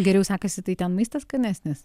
geriau sekasi tai ten maistas skanesnis